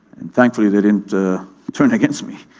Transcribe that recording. and thankfully they didn't turn against me.